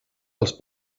als